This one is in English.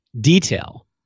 detail